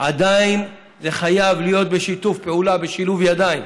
עדיין זה חייב להיות בשיתוף פעולה, בשילוב ידיים.